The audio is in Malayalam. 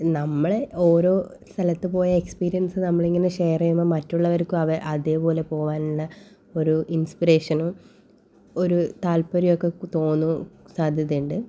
നമ്മളെ ഓരോ സ്ഥലത്ത് പോയ എക്സ്പീരിയൻസ് നമ്മളിങ്ങനെ ഷെയർ ചെയ്യുമ്പോൾ മറ്റുള്ളവർക്കും അവ അതുപോലെ പോവാനുള്ള ഒരു ഇൻസ്പിറേഷനും ഒരു താല്പര്യമൊക്കെ തോന്നും സാധ്യത ഉണ്ട്